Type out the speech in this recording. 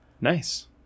Nice